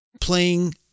playing